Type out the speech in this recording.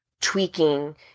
tweaking